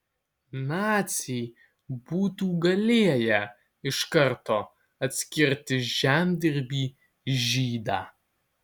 naciai būtų galėję iš karto atskirti žemdirbį žydą